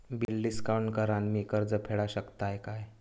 Bill discount करान मी कर्ज फेडा शकताय काय?